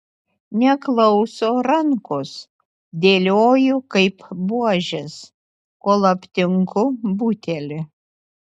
neklauso rankos dėlioju kaip buožes kol aptinku butelį